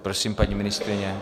Prosím, paní ministryně.